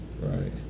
right